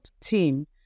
team